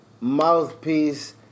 mouthpiece